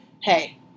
Hey